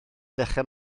dechrau